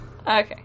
Okay